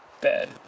bed